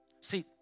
See